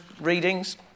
readings